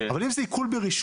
אבל אם זה עיקול ברישום,